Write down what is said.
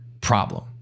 problem